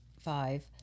five